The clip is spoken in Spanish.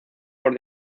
por